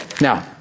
Now